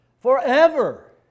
Forever